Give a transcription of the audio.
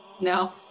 No